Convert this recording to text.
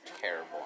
terrible